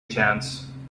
chance